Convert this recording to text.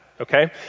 okay